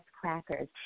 crackers